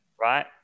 right